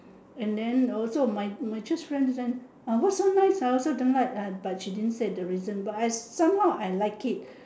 and then also my my church friend said what's so nice ah I also don't like but she didn't say the reason but I somehow I like it